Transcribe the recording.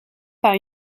par